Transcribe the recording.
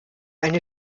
eine